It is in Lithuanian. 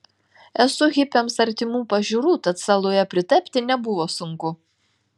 esu hipiams artimų pažiūrų tad saloje pritapti nebuvo sunku